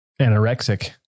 Anorexic